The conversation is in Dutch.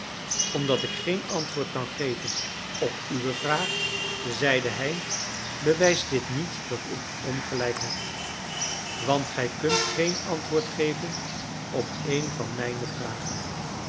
omdat ik geen antwoord kan geven op uwe vraag zeide hij bewijst dit niet dat ik ongelijk heb want gij kunt geen antwoord geven op een van mijne vragen